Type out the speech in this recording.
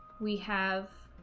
we have